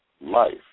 life